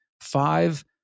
five